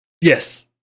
Yes